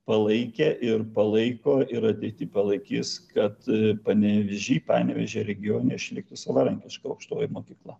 palaikė ir palaiko ir ateity palaikys kad panevėžy panevėžio regione išliktų savarankiška aukštoji mokykla